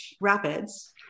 rapids